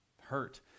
hurt